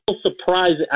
surprising